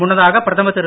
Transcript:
முன்னதாக பிரதமர் திரு